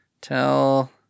Tell